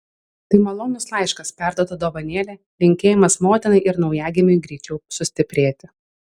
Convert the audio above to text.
tai malonus laiškas perduota dovanėlė linkėjimas motinai ir naujagimiui greičiau sustiprėti